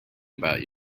about